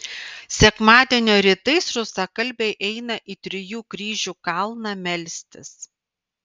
sekmadienio rytais rusakalbiai eina į trijų kryžių kalną melstis